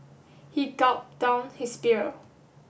he gulped down his beer